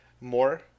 more